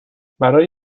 برا